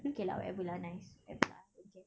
okay lah whatever lah nice whatever lah okay